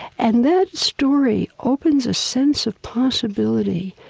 and that story opens a sense of possibility.